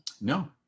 No